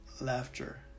laughter